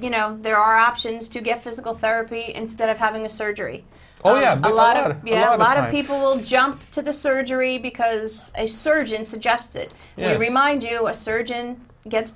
you know there are options to get physical therapy instead of having a surgery oh yeah a lot of you know a lot of people will jump to the surgery because a surgeon suggested you remind you a surgeon gets